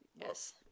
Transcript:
yes